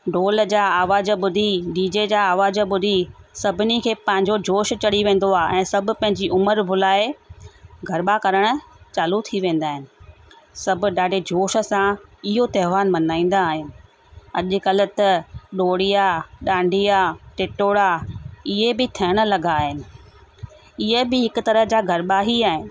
ढोल जा आवाज़ु ॿुधी डीजे जा आवाज़ु ॿुधी सभिनी खे पंहिंजो जोश चढ़ी वेंदो आहे ऐं सभु पंहिंजी उमिरि भुलाए गरबा करणु चालू थी वेंदा आहिनि सब ॾाढे जोश सां इयो तहिवार मनाईंदा आहिनि अॼकल्ह त डोड़िया डांडिया टिटोड़ा इहे बि थियणु लॻा आहिनि इहे बि हिकु तरह जा गरबा ई आहिनि